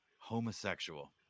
homosexual